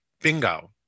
bingo